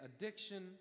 addiction